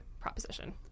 proposition